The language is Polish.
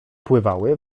pływały